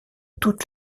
toutes